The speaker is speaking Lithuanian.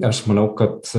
aš manau kad